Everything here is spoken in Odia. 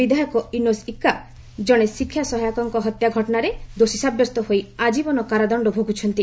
ବିଧାୟକ ଇନୋସ୍ ଇକା ଜଣେ ଶିକ୍ଷା ସହାୟକଙ୍କ ହତ୍ୟା ଘଟଣାରେ ଦୋଷୀ ସାବ୍ୟସ୍ତ ହୋଇ ଆଜୀବନ କାରାଦଣ୍ଡ ଭୋଗୁଛନ୍ତି